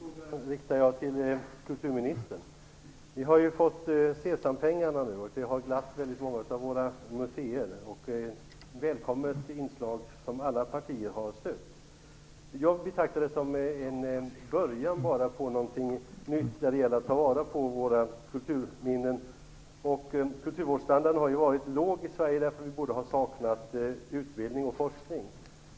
Herr talman! Jag riktar min fråga till kulturministern. Vi har ju fått Sesampengarna nu, och det har glatt väldigt många av våra museer. Det är ett välkommet inslag som alla partier har stött. Jag betraktar det dock som bara en början till någonting nytt när det gäller att ta vara på våra kulturminnen. Kulturvårdsstandarden har ju varit låg i Sverige, eftersom vi saknat både utbildning och forskning.